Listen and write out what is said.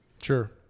Sure